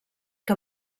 que